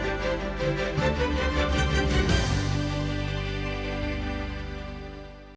Дякую.